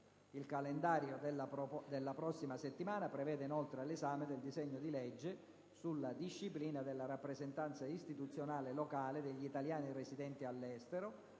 Il calendario della prossima settimana prevede inoltre l'esame del disegno di legge sulla disciplina della rappresentanza istituzionale locale degli italiani residenti all'estero,